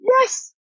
Yes